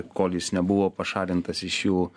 kol jis nebuvo pašalintas iš jų